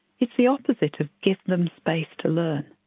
it's the opposite of give them space to learn.